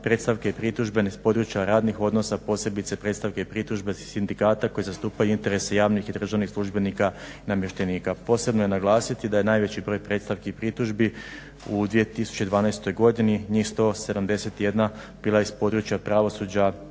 predstavke i pritužbe s područja radnih odnosa, posebice predstavke i pritužbe sindikata koji zastupaju interese javnih i državnih službenika i namještenika. Posebno je naglasiti da je najveći broj predstavki i pritužbi u 2012. godini njih 171 bila iz područja pravosuđa